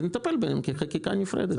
נטפל בהם כחקיקה נפרדת,